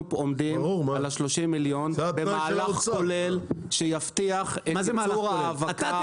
אנחנו עומדים על ה-30 מיליון במהלך כולל שיבטיח את ייצור ההאבקה.